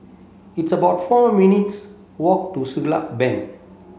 it's about four minutes' walk to Siglap Bank